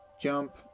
jump